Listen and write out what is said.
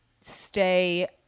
stay